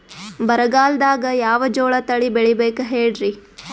ಬರಗಾಲದಾಗ್ ಯಾವ ಜೋಳ ತಳಿ ಬೆಳಿಬೇಕ ಹೇಳ್ರಿ?